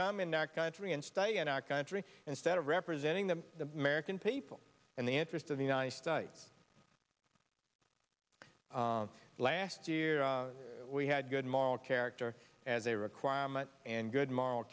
come in that country and stay in our country instead of representing the american people and the interest of the united states last year we had good moral character as a requirement and good moral